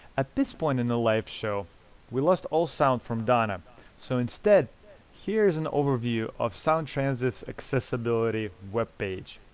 at this point in the live show we lost all sound from donna so instead here's an overview of sound transit's accessibility webpage.